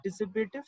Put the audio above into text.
participative